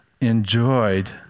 enjoyed